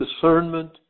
discernment